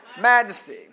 Majesty